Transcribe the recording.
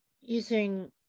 using